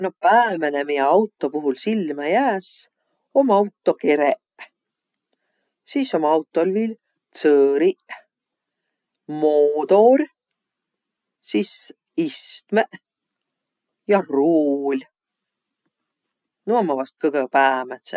Noq päämäne, miä auto puhul silmä jääs, om auto kereq. Sis ommaq autol viil tsõõriq, moodor, sis istmeq ja ruul. Nu ommaq vast kõgõ päämädseq.